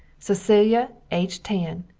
cecilia aged ten,